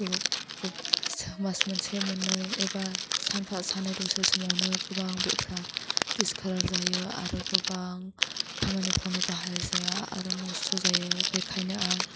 गुहुब गुब मास मोनसे मोननै एबा सानफा साननै दसे समावनो गोबां बेगफ्रा डिस कालार जायो आरो गोबां खामानिफ्रावनो बाहाय जाया आरो नस्थ' जायो बेखायनो आं